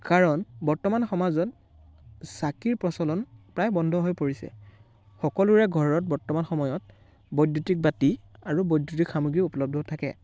কাৰণ বৰ্তমান সমাজত চাকিৰ প্ৰচলন প্ৰায় বন্ধ হৈ পৰিছে সকলোৰে ঘৰত বৰ্তমান সময়ত বৈদ্যুতিক বাতি আৰু বৈদ্যূতিক সামগ্ৰী উপলব্ধ থাকে